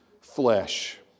flesh